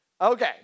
Okay